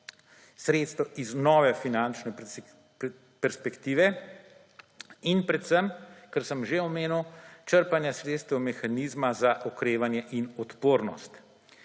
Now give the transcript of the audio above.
sredstev iz nove finančne perspektive in predvsem, kar sem že omenil, črpanja sredstev mehanizma za okrevanje in odpornost.